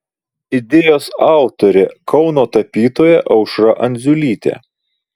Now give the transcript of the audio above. idėjos autorė kauno tapytoja aušra andziulytė